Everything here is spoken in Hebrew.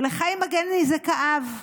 ולחיים מגני זה כאב,